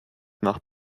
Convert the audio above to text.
nach